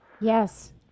Yes